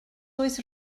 oes